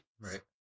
Right